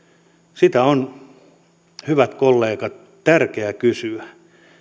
sitä on hyvät kollegat tärkeää kysyä